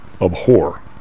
abhor